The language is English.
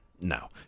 no